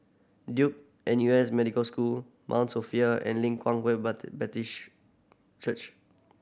Duke N U S Medical School Mount Sophia and Leng Kwang Baptist Church